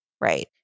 Right